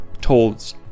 told